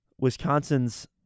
Wisconsin's